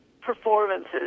performances